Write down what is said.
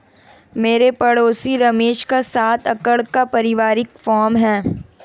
मेरे पड़ोसी रमेश का सात एकड़ का परिवारिक फॉर्म है